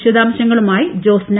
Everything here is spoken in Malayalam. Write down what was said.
വിശദംശങ്ങളുമായി ജോസ്ന